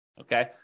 Okay